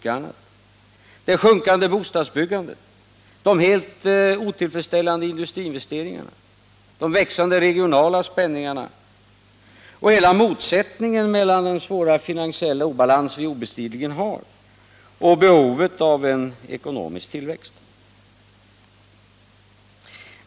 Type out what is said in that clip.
Det är det sjunkande bostadsbyggandet, de helt otillfredsställande industriinvesteringarna, de växande regionala spänningarna och hela motsättningen mellan den svåra finansiella obalans som vi obestridligen har och behovet av en ekonomisk tillväxt.